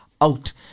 out